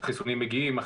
החיסונים מגיעים,